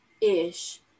ish